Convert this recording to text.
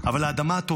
אבל האדמה הטובה